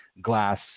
glass